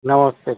नमस्ते